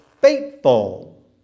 faithful